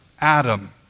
Adam